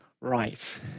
right